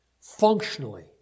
functionally